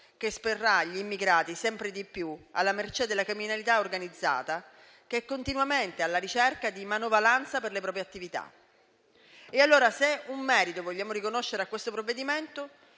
di più gli immigrati alla mercé della criminalità organizzata, che è continuamente alla ricerca di manovalanza per le proprie attività. Allora, se un merito vogliamo riconoscere a questo provvedimento,